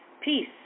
Peace